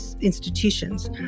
institutions